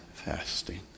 Fasting